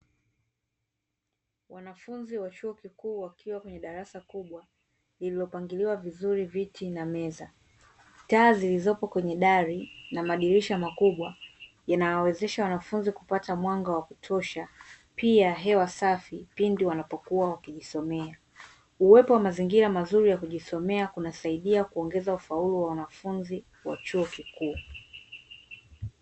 Wanafunzi wa chuo kikuu wakiwa kwenye darasa kubwa lililopangiliwa vizuri viti na meza, taa zilizopo kwenye dari na madirisha makubwa yanayowawezesha wanafunzi kupata mwanga wa kutosha pia hewa safi pindi wanapokuwa wakijisomea. Uwepo wa mazingira mazuri ya kujisomea kunasaidia kuongeza ufaulu wa wanafunzi wa chuo kikuu.